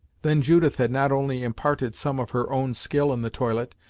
then judith had not only imparted some of her own skill in the toilet,